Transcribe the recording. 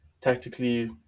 tactically